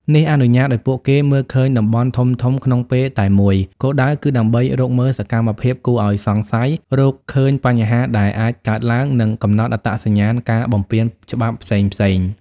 នេះអនុញ្ញាតឱ្យពួកគេមើលឃើញតំបន់ធំៗក្នុងពេលតែមួយ គោលដៅគឺដើម្បី រកមើលសកម្មភាពគួរឱ្យសង្ស័យ រកឃើញបញ្ហាដែលអាចកើតឡើង និងកំណត់អត្តសញ្ញាណការបំពានច្បាប់ផ្សេងៗ